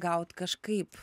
gaut kažkaip